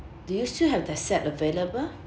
do you still have that set available